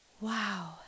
wow